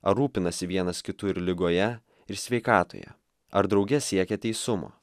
ar rūpinasi vienas kitu ir ligoje ir sveikatoje ar drauge siekia teisumo